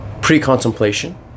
pre-contemplation